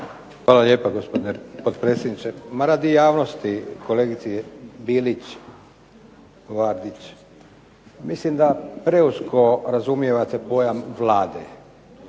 Hvala lijepa, gospodine potpredsjedniče. Ma radi javnosti kolegici Bilić Vardić. Mislim da preusko razumijevate pojam Vlade.